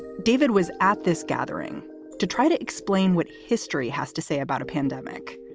david was at this gathering to try to explain what history has to say about a pandemic.